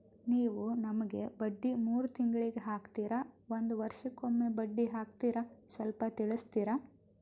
ನೀವು ನಮಗೆ ಬಡ್ಡಿ ಮೂರು ತಿಂಗಳಿಗೆ ಹಾಕ್ತಿರಾ, ಒಂದ್ ವರ್ಷಕ್ಕೆ ಒಮ್ಮೆ ಬಡ್ಡಿ ಹಾಕ್ತಿರಾ ಸ್ವಲ್ಪ ತಿಳಿಸ್ತೀರ?